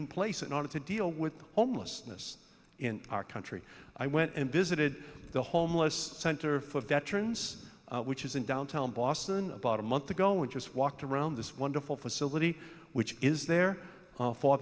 in place in order to deal with homelessness in our country i went and visited the homeless center for veterans which is in downtown boston about a month ago and just walked around this wonderful facility which is there